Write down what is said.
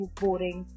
boring